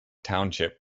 township